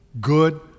Good